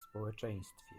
społeczeństwie